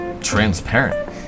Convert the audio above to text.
Transparent